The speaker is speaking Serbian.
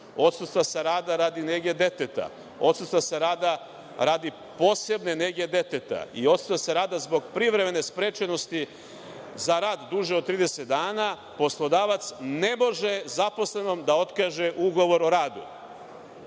odsustva sa rada radi nege deteta, odsustva sa rada radi posebne nege deteta i odsustva sa rada zbog privremene sprečenosti za rad duže od 30 dana, poslodavac ne može zaposlenom da otkaže ugovor o radu.